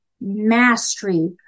mastery